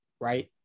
right